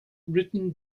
written